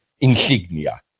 insignia